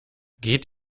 geht